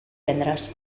gendres